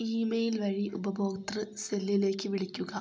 email വഴി ഉപഭോക്തൃ സെല്ലിലേക്ക് വിളിക്കുക